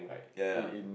ya ya